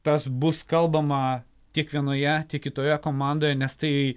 tas bus kalbama tiek vienoje tiek kitoje komandoje nes tai